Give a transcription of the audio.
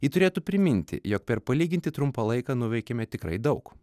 ji turėtų priminti jog per palyginti trumpą laiką nuveikėme tikrai daug